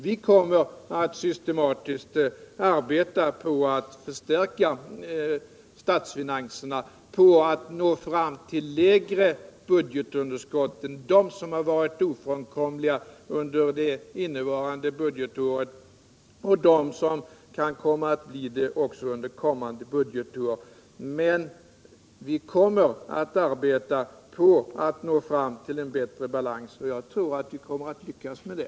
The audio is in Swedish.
Vi kommer att systematiskt arbeta på att förstärka statsfinanserna och nå fram till mindre budgetunderskott än dem som varit ofrånkomliga under innevarande budgetår och dem som kan komma att bli det också under kommande budgetår. Vi strävar efter att nå fram till en bättre balans, och jag tror att vi kommer att lyckas med det.